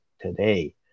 Today